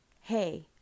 hey